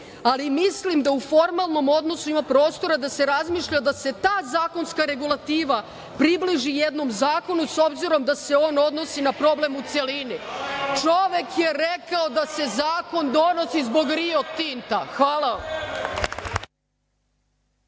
ali mislim da u formalnom odnosu ima prostora da se razmišlja da se ta zakonska regulativa približi jednom zakonu, s obzirom da se on odnosi na problem u celini. Čovek je rekao da se zakon donosi zbog „Rio Tinta“. Hvala vam.